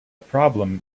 problem